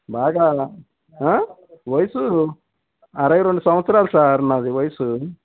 బాగా ఆ వయసు అరవై రెండు సంవత్సరాలు సార్ నాది వయసు